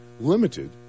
limited